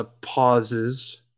Pauses